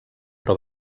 però